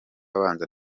abanza